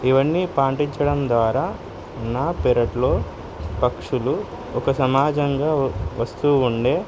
ఇవన్నీ పాటించడం ద్వారా నా పెరట్లో పక్షులు ఒక సమాజంగా వస్తూ ఉండే